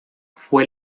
fue